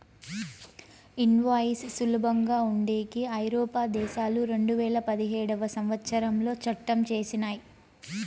invoice సులభంగా ఉండేకి ఐరోపా దేశాలు రెండువేల పదిహేడవ సంవచ్చరంలో చట్టం చేసినయ్